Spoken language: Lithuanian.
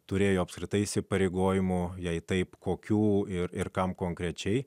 turėjo apskritai įsipareigojimų jei taip kokių ir ir kam konkrečiai